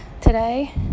Today